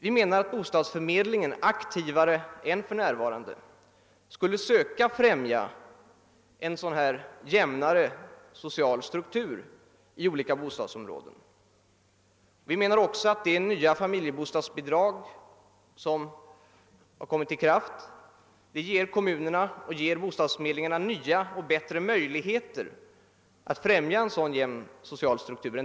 Vi menar att bostadsförmedlingarna aktivare än för närvarande borde försöka främja en jämnare social struktur i oli ka bostadsområden. Likaså anser vi att de nya familjebostadsbidragen ger bostadsförmedlingarna bättre möjligheter än tidigare att främja en sådan jämn social struktur.